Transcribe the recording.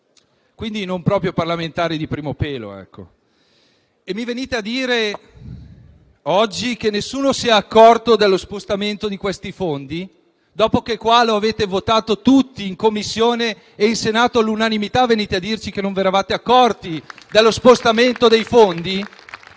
Quindi non proprio parlamentari di primo pelo. Mi venite a dire oggi che nessuno si è accorto dello spostamento di questi fondi? Dopo che lo avete votato tutti in Commissione e in Assemblea all'unanimità, venite a dirci che non vi eravate accorti dello spostamento dei fondi?